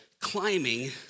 climbing